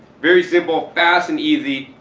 very simple fast and easy,